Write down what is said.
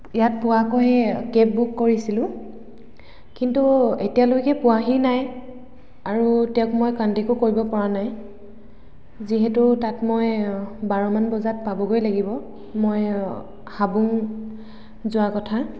ইয়াত পোৱাকৈ cab book কৰিছিলোঁ কিন্তু এতিয়ালৈকে পোৱাহি নাই আৰু তেওঁক মই কণ্টেক্টো কৰিব পৰা নাই যিহেতু তাত মই বাৰমান বজাত পাবগৈ লাগিব মই হাবুং যোৱা কথা